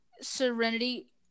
Serenity